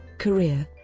career